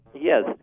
Yes